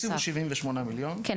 הקציבו 78 מיליון --- כן,